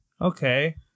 Okay